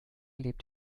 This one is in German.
lebt